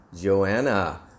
Joanna